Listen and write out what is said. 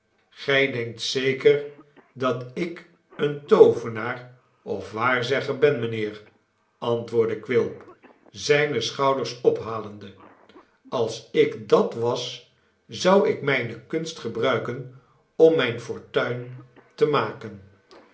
gij denkt zeker dat ik een toovenaar of waarzegger ben mijnheer antwoordde quilp zijne schouders ophalende als ik dat was zou ik mijne kunst gebruiken om mijn fortuin te maken